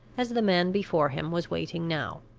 as the man before him was waiting now.